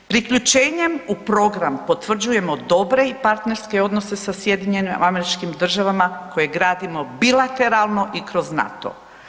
Priključenjem u program potvrđujemo i dobre partnerske odnose sa SAD-om koje gradimo bilateralno i kroz NATO.